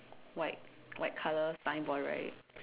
white white color signboard right